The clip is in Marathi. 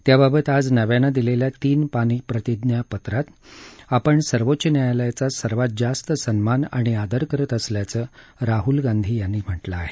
त्याबाबत आज नव्यान दिलेल्या तीन पानी प्रतिज्ञा पत्रात आपण सर्वोच्च न्यायालयाचा सर्वात जास्त सन्मान आणि आदर करत असल्याचं राह्ल गांधी यांनी म्हटलं आहे